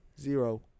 Zero